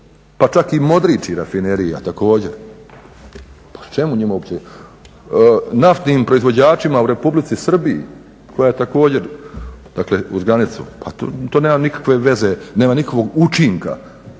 pa čak i u Modriči rafinerija također. Čemu njima uopće? Naftnim proizvođačima u Republici Srbiji koja je također uz granicu. Pa to nema nikakve veze, nema nikakvog učinka,